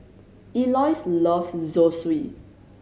Eloise loves Zosui